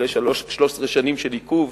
אחרי 13 שנים של עיכוב,